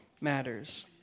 matters